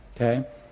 okay